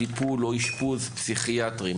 טיפול או אשפוז פסיכיאטרי,